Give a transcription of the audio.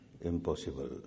Impossible